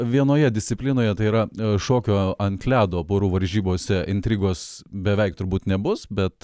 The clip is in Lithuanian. vienoje disciplinoje tai yra šokio ant ledo porų varžybose intrigos beveik turbūt nebus bet